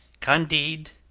candide,